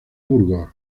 burgos